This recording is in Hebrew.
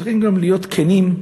צריכים גם להיות כנים,